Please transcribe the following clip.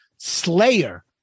slayer